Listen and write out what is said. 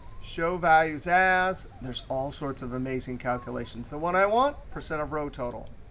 show values as. there's all sorts of amazing calculations. the one i want percent of row total.